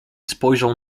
spojrzał